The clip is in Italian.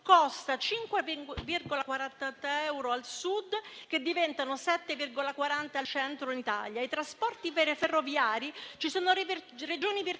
costa 5,43 euro al Sud, che diventano 7,40 nel Centro Italia. Sui trasporti ferroviari, ci sono Regioni virtuose